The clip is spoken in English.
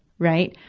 right,